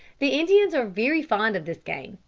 the indians are very fond of this game,